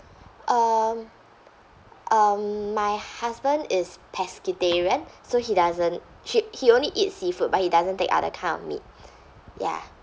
um um my husband is pescatarian so he doesn't he only eat seafood but he doesn't take other kind of meat ya